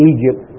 Egypt